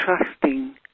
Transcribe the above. trusting